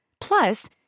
Plus